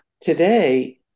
Today